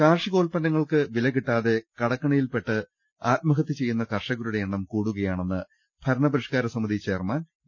കാർഷികോൽപ്പന്നങ്ങൾക്ക് വില കിട്ടാതെ കടക്കെ ണിയിൽപ്പെട്ട് ആത്മഹത്യ ചെയ്യുന്ന കർഷകരുടെ എണ്ണം കൂടുകയാണെന്ന് ഭരണപരിഷ്കാര സമിതി ചെയർമാൻ വി